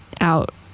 out